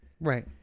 Right